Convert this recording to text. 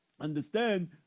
understand